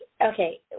Okay